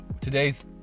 today's